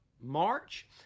March